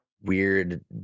weird